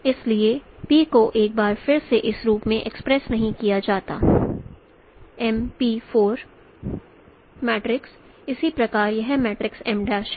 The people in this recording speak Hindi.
इसलिए P को एक बार फिर इस रूप में एक्सप्रेस नहीं किया जाता है M p4 इसी प्रकार यह मैट्रिक्स M' है